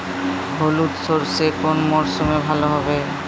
হলুদ সর্ষে কোন মরশুমে ভালো হবে?